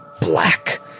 black